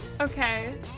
okay